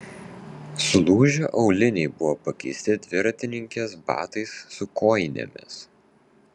sulūžę auliniai buvo pakeisti dviratininkės batais su kojinėmis